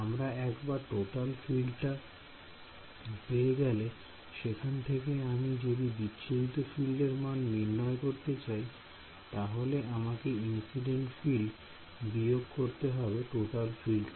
আমি একবার টোটাল ফিল্ডটা পেয়ে গেলে সেখান থেকে আমি যদি বিচ্ছুরিত ফিল্ডের মান নির্ণয় করতে চাই তাহলে আমাকে ইন্সিডেন্ট ফিল্ড বিয়োগ করতে হবে টোটাল ফিল্ড থেকে